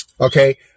Okay